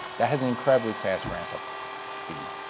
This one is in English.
that has an incredibly fast ramp-up speed,